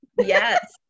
Yes